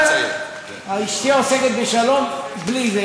אשתי עוסקת בשלום בלי זה,